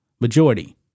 majority